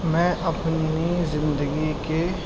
میں اپنی زندگی کے